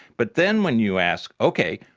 but then when you ask, okay,